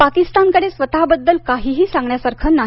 पाकिस्तानकडे स्वतःबद्दल काहीही सांगण्यासारखे नाही